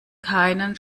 keinen